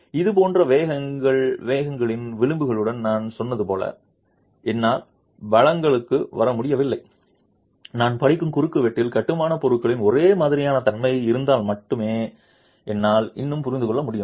இது போன்ற வேகங்களின் விளிம்புடன் நான் சொன்னது போல என்னால் பலங்களுக்கு வரமுடியவில்லை நான் படிக்கும் குறுக்குவெட்டில் கட்டுமானப் பொருளில் ஒரே மாதிரியான தன்மை இருந்தால் மட்டுமே என்னால் இன்னும் புரிந்து கொள்ள முடியும்